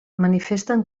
manifesten